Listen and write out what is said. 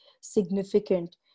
significant